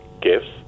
gifts